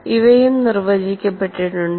ഇവയും നിർവചിക്കപ്പെട്ടിട്ടുണ്ട്